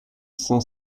saint